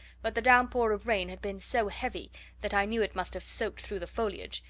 but the downpour of rain had been so heavy that i knew it must have soaked through the foliage,